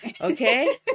okay